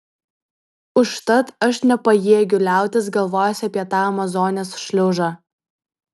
užtat aš nepajėgiu liautis galvojęs apie tą amazonės šliužą